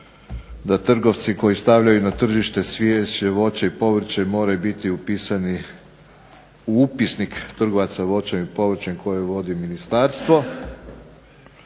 da trgovci koji stavljaju na tržište cvijeće, voće i povrće moraju biti upisani u upisnik trgovaca voćem i povrćem koje vodi ministarstvo.